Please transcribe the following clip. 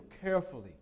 carefully